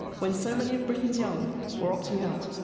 when so many of britain's young were opting out.